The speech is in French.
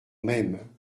même